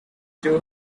two